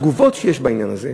התגובות שיש בעניין הזה,